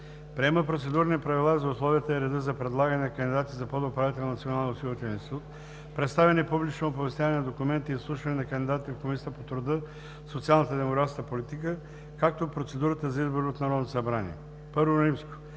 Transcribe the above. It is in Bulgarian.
Приема Процедурни правила за условията и реда за предлагане на кандидати за подуправител на Националния осигурителен институт, представяне и публично оповестяване на документите и изслушването на кандидатите в Комисията по труда, социалната и демографската политика, както и процедурата за избор от Народното събрание. I. Предлагане